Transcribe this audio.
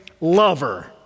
lover